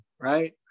right